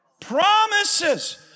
Promises